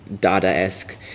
Dada-esque